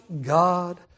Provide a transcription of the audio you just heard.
God